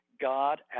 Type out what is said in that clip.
God